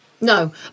No